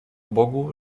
bogu